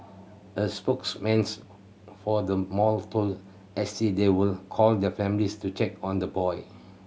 a spokesman's for the mall told S T they will call the families to check on the boy